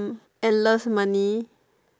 mm endless money